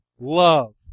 love